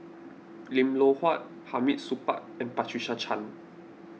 Lim Loh Huat Hamid Supaat and Patricia Chan